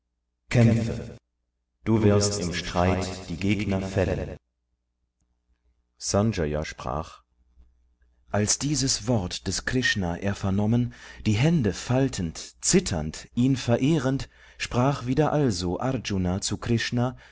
du wirst im streit die gegner fällen sanjaya sprach als dieses wort des krishna er vernommen die hände faltend zitternd ihn verehrend sprach wieder also arjuna zu krishna